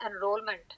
enrollment